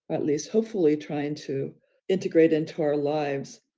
at least hopefully, trying to integrate into our lives,